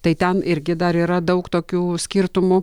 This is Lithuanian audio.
tai ten irgi dar yra daug tokių skirtumų